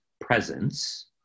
presence